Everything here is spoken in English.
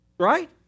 right